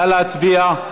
נא להצביע.